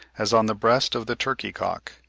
as on the breast of the turkey-cock.